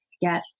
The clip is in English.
get